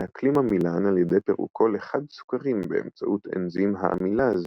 מעכלים עמילן על ידי פירוקו לחד-סוכרים באמצעות אנזים העמילאז,